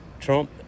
Trump